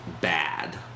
bad